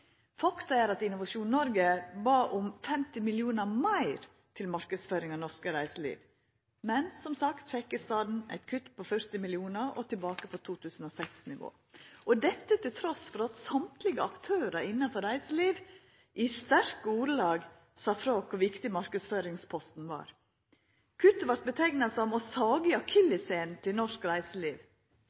Faktum er at Innovasjon Norge bad om 50 mill. kr meir til marknadsføring av norsk reiseliv, men fekk som sagt i staden eit kutt på 40 mill. kr og tilbake til 2006-nivå – dette trass i at alle aktørane innanfor reiseliv i sterke ordelag sa frå kor viktig marknadsføringsposten var. Kuttet vart omtalt som å saga i akillessena til norsk reiseliv.